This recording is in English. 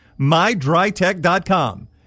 MyDryTech.com